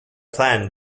plan